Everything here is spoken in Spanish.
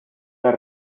las